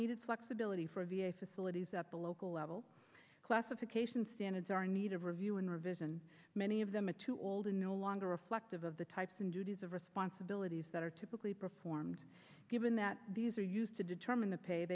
needed flexibility for v a facilities at the local level classification standards are in need of review and revision many of them a too old and no longer reflective of the types and duties of responsibilities that are typically performed given that these are used to determine the pay